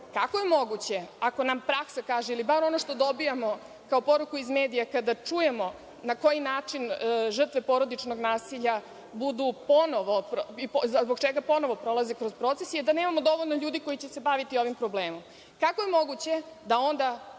Kako je moguće, ako nam praksa kaže ili barem ono što dobijamo kao poruku iz medija, kada čujemo na koji način žrtve porodičnog nasilja ponovo prolaze kroz proces, je da nemamo dovoljno ljudi koji će se baviti ovim problemom, da nemamo